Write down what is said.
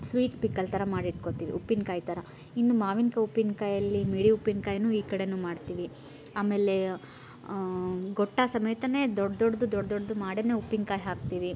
sweet pickle ಥರ ಮಾಡಿಟ್ಕೋತೀವಿ ಉಪ್ಪಿನ್ಕಾಯಿ ಥರ ಇನ್ನು ಮಾವಿನ್ಕಾಯಿ ಉಪ್ಪಿನಕಾಯಲ್ಲಿ ಮಿಡಿ ಉಪ್ಪಿನ್ಕಾಯನ್ನು ಈ ಕಡೆಯೂ ಮಾಡ್ತೀವಿ ಆಮೇಲೆ ಗೊಟ್ಟ ಸಮೇತನೇ ದೊಡ್ಡ ದೊಡ್ಡದು ದೊಡ್ಡ ದೊಡ್ಡದು ಮಾಡೀನೇ ಉಪ್ಪಿನ್ಕಾಯಿ ಹಾಕ್ತೀವಿ